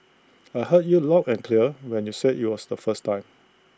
I heard you loud and clear when you said you was the first time